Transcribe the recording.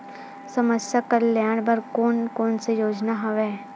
समस्या कल्याण बर कोन कोन से योजना हवय?